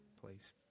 please